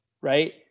right